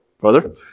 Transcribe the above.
brother